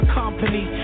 company